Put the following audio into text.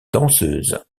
danseuse